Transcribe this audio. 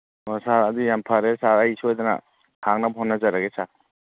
ꯑꯣ ꯁꯥꯔ ꯑꯗꯨꯗꯤ ꯌꯥꯝ ꯐꯔꯦ ꯁꯥꯔ ꯑꯩ ꯁꯣꯏꯗꯅ ꯍꯥꯡꯅꯕ ꯍꯣꯠꯅꯖꯔꯒꯦ ꯁꯥꯔ